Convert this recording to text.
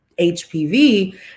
HPV